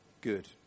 good